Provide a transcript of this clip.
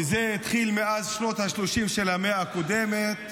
שזה התחיל מאז שנות השלושים של המאה הקודמת,